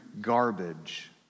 garbage